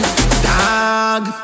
Dog